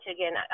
Again